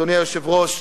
אדוני היושב-ראש,